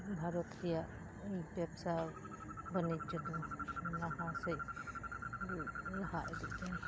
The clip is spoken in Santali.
ᱵᱷᱟᱨᱚᱛ ᱨᱮᱭᱟᱜ ᱵᱮᱵᱽᱥᱟ ᱵᱟᱹᱱᱤᱡᱽᱡᱚ ᱫᱚ ᱞᱟᱦᱟᱥᱮᱫ ᱞᱟᱦᱟ ᱤᱫᱤᱜ ᱠᱟᱱᱟ